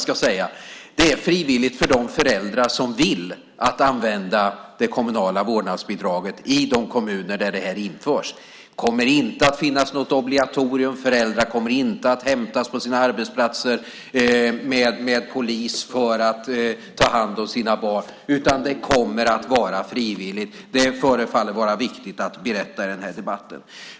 Det är också frivilligt för de föräldrar som vill använda det kommunala vårdnadsbidraget i de kommuner där det införs. Det kommer inte att finnas något obligatorium. Föräldrar kommer inte att hämtas av polis på sina arbetsplatser för att ta hand om sina barn, utan det kommer att vara frivilligt. Det förefaller vara viktigt att berätta i den här debatten.